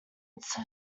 its